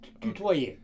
tutoyer